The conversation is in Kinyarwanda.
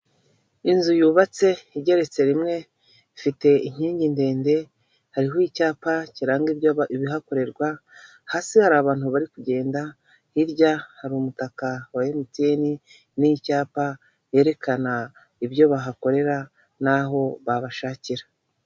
Inzu yubatse igeretse rimwe ifite inkingi ndende, hariho icyapa kiranga ibihakorerwa, hasi hari abantu bari kugenda hirya hari umutaka wa emutiyene n'icyapa cyerekana ibyo bahakorera n'aho babashakira.